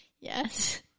Yes